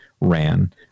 ran